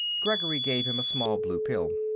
gregory gave him a small blue pill.